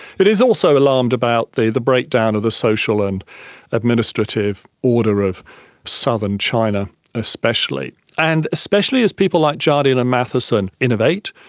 it's also alarmed about the the breakdown of the social and administrative order of southern china especially, and especially as people like jardine and matheson innovate,